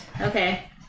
Okay